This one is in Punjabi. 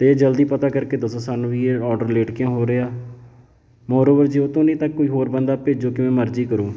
ਅਤੇ ਜਲਦੀ ਪਤਾ ਕਰਕੇ ਦੱਸੋ ਸਾਨੂੰ ਵੀ ਇਹ ਔਡਰ ਲੇਟ ਕਿਉਂ ਹੋ ਰਿਹਾ ਮੋਰਓਵਰ ਜੇ ਓਹ ਤੋਂ ਨਹੀਂ ਤਾਂ ਕੋਈ ਹੋਰ ਬੰਦਾ ਭੇਜੋ ਕਿਵੇਂ ਮਰਜ਼ੀ ਕਰੋ